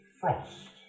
frost